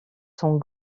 sont